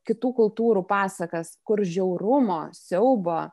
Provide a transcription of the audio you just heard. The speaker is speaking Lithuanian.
kitų kultūrų pasakas kur žiaurumo siaubo